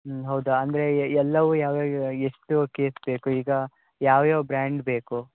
ಹ್ಞೂ ಹೌದಾ ಅಂದರೆ ಎಲ್ಲವು ಯಾವ್ಯಾವ ಎಷ್ಟು ಕೇಸ್ ಬೇಕು ಈಗ ಯಾವ್ಯಾವ ಬ್ರ್ಯಾಂಡ್ ಬೇಕು